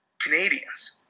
Canadians